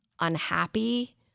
unhappy